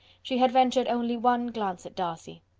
she had ventured only one glance at darcy.